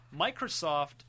Microsoft